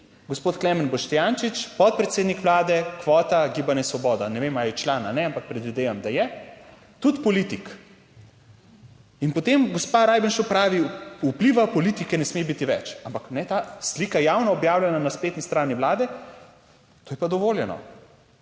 gospod Klemen Boštjančič, podpredsednik Vlade kvota Gibanja Svoboda, ne vem, ali je član ali ne, ampak predvidevam, da je tudi politik in potem gospa Rajbenšu pravi vpliva politike ne sme biti več, ampak ne, ta slika javno objavljena na spletni strani Vlade, to je pa dovoljeno.